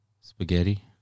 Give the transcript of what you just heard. Spaghetti